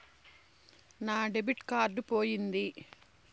నా debit card పోయింది